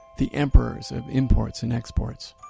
the emperors of imports and exports.